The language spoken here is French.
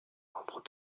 membre